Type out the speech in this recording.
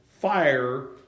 fire